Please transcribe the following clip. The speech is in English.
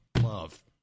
love